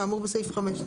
כאמור בסעיף 5,